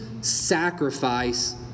sacrifice